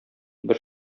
бер